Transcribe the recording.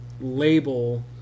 label